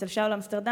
אצל שאול אמסטרדמסקי,